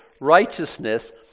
righteousness